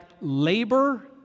labor